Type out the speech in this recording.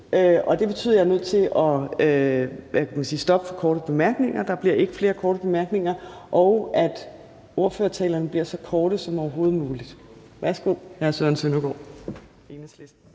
og det betyder, at jeg er nødt til at sige stop for korte bemærkninger, og at ordførertalerne bliver så korte som overhovedet muligt. Værsgo til hr. Søren Søndergaard.